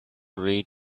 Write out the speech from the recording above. read